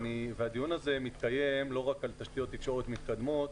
הדיון הזה מתקיים לא רק על תשתיות תקשורת מתקדמות,